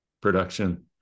production